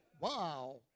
Wow